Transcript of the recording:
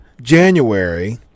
January